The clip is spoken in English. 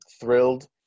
thrilled